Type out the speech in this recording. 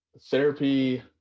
therapy